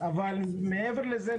אבל מעבר לזה,